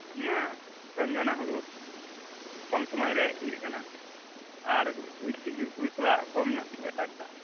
ᱦᱮᱸ ᱨᱚᱧᱡᱚᱱᱟ ᱦᱩᱲᱩ ᱠᱚᱢ ᱥᱚᱢᱚᱭ ᱨᱮ ᱤᱭᱟᱹᱜ ᱠᱟᱱᱟ ᱟᱨ ᱛᱤᱡᱩ ᱠᱚ ᱛᱷᱚᱲᱟ ᱠᱚᱢ ᱧᱚᱜ ᱠᱚ ᱮᱴᱟᱜᱽᱫᱟ